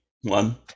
one